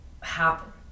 happen